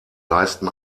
leisten